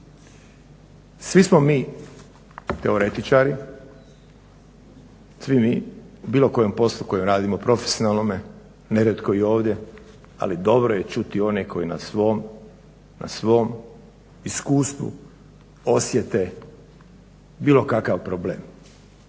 svi smo mi teoretičari, svi mi u bilo kojem poslu koji radimo profesionalnom nerijetko i ovdje ali dobro je čuti one koji na svom iskustvu osjete bilo kakav problem.